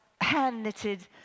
hand-knitted